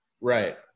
Right